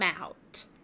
out